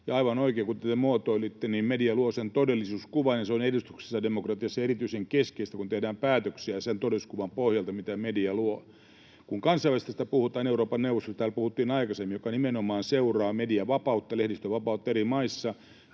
aivan oikein, kuten te muotoilitte, media luo sen todellisuuskuvan, ja se on edustuksellisessa demokratiassa erityisen keskeistä, kun tehdään päätöksiä sen todellisuuskuvan pohjalta, mitä media luo. Kun kansainvälisyydestä puhutaan, Euroopan neuvostosta, josta täällä puhuttiin aikaisemmin ja joka nimenomaan seuraa mediavapautta, lehdistövapautta eri maissa,